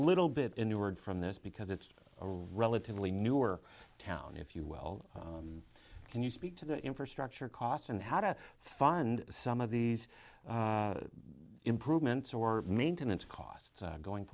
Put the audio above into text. little bit in new word from this because it's relatively new or town if you will can you speak to the infrastructure costs and how to fund some of these improvements or maintenance costs going